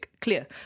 clear